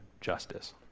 justice